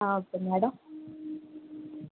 okay madam